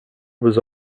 was